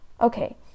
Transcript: Okay